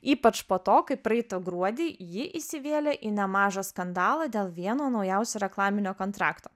ypač po to kai praeitą gruodį ji įsivėlė į nemažą skandalą dėl vieno naujausio reklaminio kontrakto